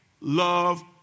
love